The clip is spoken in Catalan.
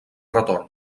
retorn